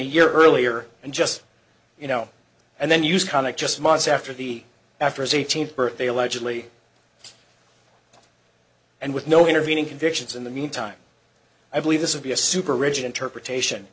a year earlier and just you know and then use comic just months after the after his eighteenth birthday allegedly and with no intervening convictions in the meantime i believe this would be a super rigid interpretation